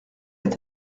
est